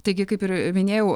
taigi kaip ir minėjau